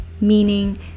meaning